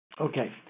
Okay